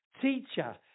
teacher